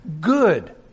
good